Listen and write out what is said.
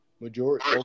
Majority